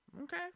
Okay